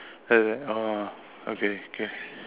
then after that oh okay okay